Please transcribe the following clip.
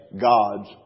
God's